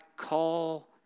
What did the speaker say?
call